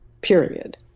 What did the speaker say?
period